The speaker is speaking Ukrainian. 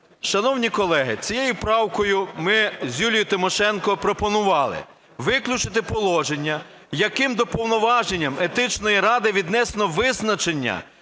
Шановні колеги, цією правкою ми з Юлією Тимошенко пропонували виключити положення, яким до повноважень Етичної ради віднесено визначення